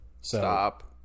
Stop